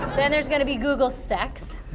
then there's going to be google sex,